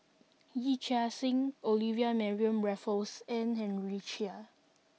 Yee Chia Hsing Olivia Mariamne Raffles and Henry Chia